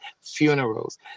funerals